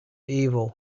evil